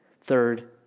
Third